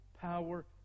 power